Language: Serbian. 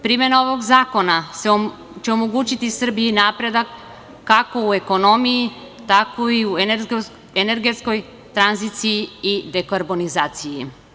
Primena ovog zakona će omogućiti Srbiji napredak kako u ekonomiji, tako i u energetskoj tranziciji i dekarbonizaciji.